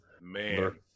Man